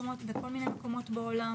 בכל מיני מקומות בעולם,